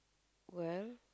well